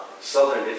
southern